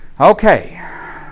Okay